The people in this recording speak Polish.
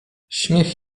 śmiech